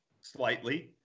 slightly